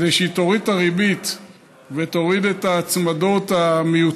כדי שהיא תוריד את הריבית ותוריד את ההצמדות המיותרות.